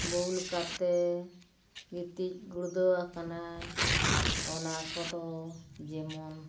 ᱵᱩᱞ ᱠᱟᱛᱮ ᱜᱤᱛᱤᱡ ᱜᱩᱲᱫᱟᱹᱣ ᱟᱠᱟᱱᱟᱭ ᱚᱱᱟ ᱠᱚᱫᱚ ᱡᱮᱢᱚᱱ